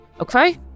Okay